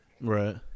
Right